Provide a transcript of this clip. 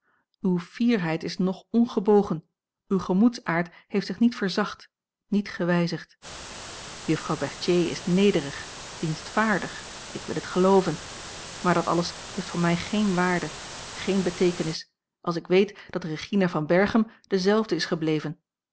uwe fierheid is nog ongebogen uw gemoedsaard heeft zich niet verzacht niet gewijzigd juffrouw berthier is nederig dienstvaardig ik wil het gelooven maar dat alles heeft voor mij geene waarde geene beteekenis als ik weet dat regina van berchem dezelfde is gebleven